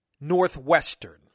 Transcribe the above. Northwestern